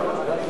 חד"ש